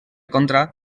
contra